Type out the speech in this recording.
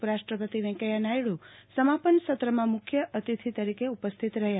ઉપરાષ્ટ્રપતિ વેકૈયા નાયડુ સમાપન સત્રમાં મુખ્ય અતિથિ તરીકે ઉપસ્થિત રહ્યા